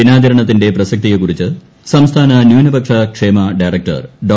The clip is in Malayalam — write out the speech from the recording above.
ദിനാചരണത്തിന്റെ പ്രസക്തിയെക്കുറിച്ച് സംസ്ഥാന ന്യൂനപക്ഷ ക്ഷേമ ഡയറക്ടർ ഡോ